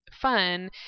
fun